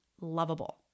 lovable